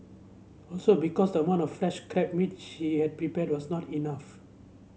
also because the amount of fresh crab meat she had prepared was not enough